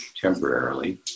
Temporarily